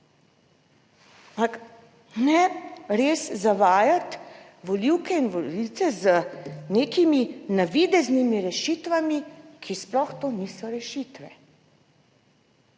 ne res zavajati volivke in volivce z nekimi navideznimi rešitvami, ki sploh to niso rešitve.